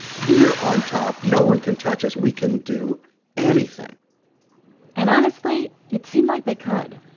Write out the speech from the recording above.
we're on top, no one can touch us, we can do anything and honestly, it seemed like they could.